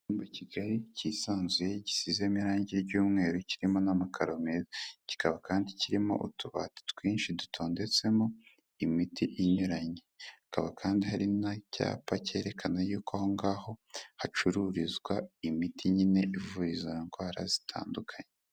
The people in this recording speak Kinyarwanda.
Icyumba kigari cyisanzuye gisizemo irangi ry'umweru kirimo n'amakaro meza kikaba kandi kirimo utubati twinshi dutondetsemo imiti inyuranye. Hakaba kandi harimo icyapa cyerekana yuko aho ngaho hacururizwa imiti nyine ivura izo ndwara zitandukanye.